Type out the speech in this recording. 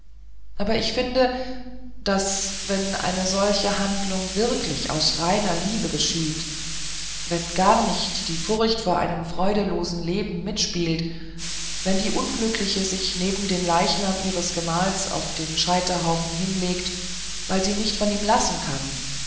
aber ich finde daß wenn eine solche handlung wirklich aus reiner liebe geschieht wenn gar nicht die furcht vor einem freudelosen leben mitspricht wenn die unglückliche sich neben den leichnam ihres gemahls auf dem scheiterhaufen hinlegt weil sie von ihm nicht lassen kann